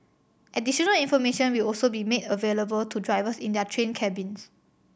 additional information will also be made available to drivers in their train cabins